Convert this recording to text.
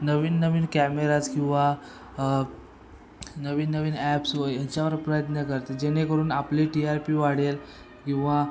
नवीन नवीन कॅमेराज किंवा नवीन नवीन ॲप्स व ह्याच्यावर प्रयत्न करते जेणेकरून आपले टी आर पी वाढेल किंवा